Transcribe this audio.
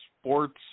sports